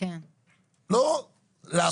לא למה,